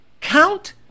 Count